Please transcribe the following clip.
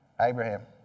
Abraham